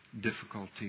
difficulty